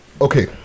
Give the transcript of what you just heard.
okay